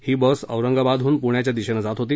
ही bus औरंगाबादहून पुण्याच्या दिशेनं जात होती